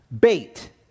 bait